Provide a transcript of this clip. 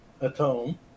atone